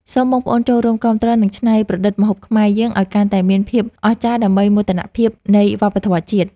សូមបងប្អូនចូលរួមគាំទ្រនិងច្នៃប្រឌិតម្ហូបខ្មែរយើងឱ្យកាន់តែមានភាពអស្ចារ្យដើម្បីមោទនភាពនៃវប្បធម៌ជាតិ។